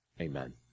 Amen